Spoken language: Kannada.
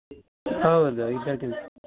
ಹೌದು ಇದು ಅಡ್ಡಿಯಿಲ್ಲ